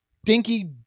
stinky